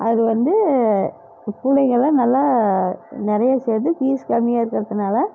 அது வந்து பிள்ளைங்கள்லாம் நல்லா நிறைய சேர்ந்து ஃபீஸ் கம்மியாக இருக்கிறத்துனால